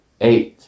Eight